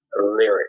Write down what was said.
lyric